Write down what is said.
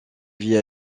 vie